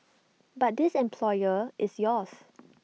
but this employer is yours